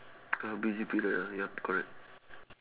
ah busy period ah yup correct